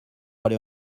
aller